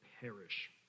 perish